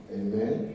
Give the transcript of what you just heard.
amen